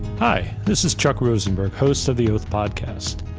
hi, this is chuck rosenberg, host of the oath podcast.